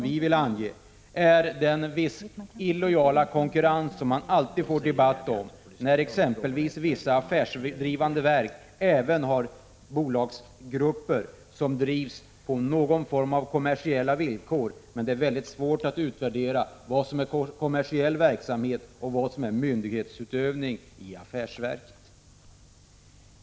Det är den illojala konkurrens man alltid får debatt om när exempelvis vissa affärsdrivande verk även har bolagsgrupper som drivs på något slags kommersiella villkor. Det är mycket svårt att utvärdera vad som är kommersiell verksamhet och vad som är myndighetsutövning i affärsverk.